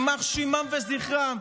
יימח שמם וזכרם,